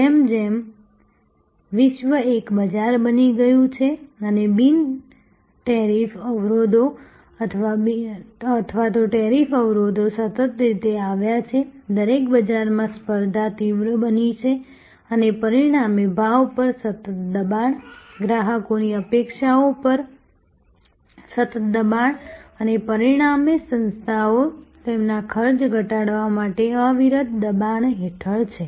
જેમ જેમ વિશ્વ એક બજાર બની ગયું છે અને બિન ટેરિફ અવરોધો અથવા તો ટેરિફ અવરોધો સતત નીચે આવ્યા છે દરેક બજારમાં સ્પર્ધા તીવ્ર બની છે અને પરિણામે ભાવ પર સતત દબાણ ગ્રાહકોની અપેક્ષાઓ પર સતત દબાણ અને પરિણામે સંસ્થાઓ તેમના ખર્ચ ઘટાડવા માટે અવિરત દબાણ હેઠળ છે